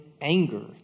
anger